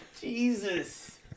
Jesus